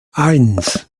eins